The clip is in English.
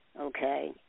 okay